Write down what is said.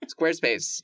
squarespace